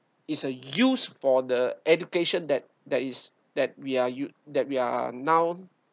it's a use for the education that that is that we are you that we are now